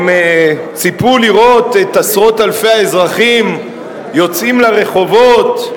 ציפו לראות את עשרות אלפי האזרחים יוצאים לרחובות.